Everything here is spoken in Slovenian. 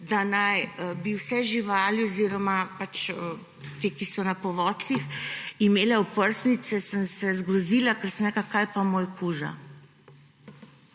da naj bi vse živali oziroma te, ki so na povodcih, imele oprsnice, sem se zgrozila, ker sem rekla: »Kaj pa moj kuža?«